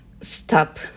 stop